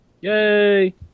Yay